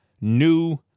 new